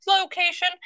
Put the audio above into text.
location